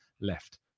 left